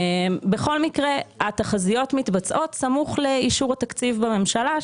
בכל מקרה התחזיות מתבצעות סמוך לאישור התקציב בממשלה,